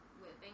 whipping